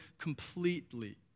completely